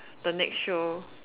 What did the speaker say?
the next show